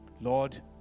Lord